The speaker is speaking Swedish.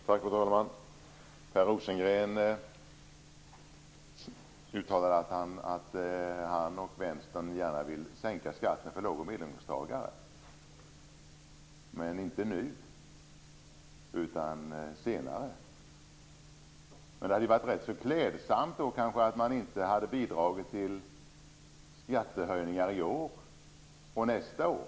Fru talman! Per Rosengren uttalar att han och Vänstern gärna vill sänka skatten för låg och medelinkomsttagare - men inte nu, utan senare. Det hade väl varit rätt så klädsamt om man inte hade bidragit till skattehöjningar i år och nästa år.